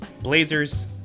Blazers